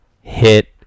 hit